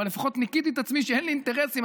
אבל לפחות ניקיתי את עצמי שאין לי אינטרסים,